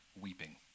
weeping